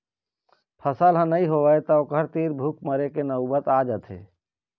फसल ह नइ होवय त ओखर तीर भूख मरे के नउबत आ जाथे